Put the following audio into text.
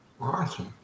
awesome